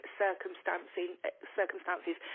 circumstances